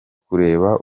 kureba